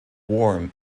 warm